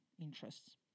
interests